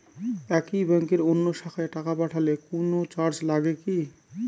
একই ব্যাংকের অন্য শাখায় টাকা পাঠালে কোন চার্জ লাগে কি?